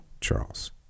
Charles